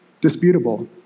disputable